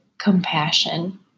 compassion